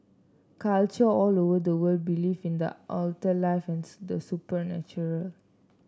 culture all over the world believe in the afterlife and the supernatural